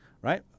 Right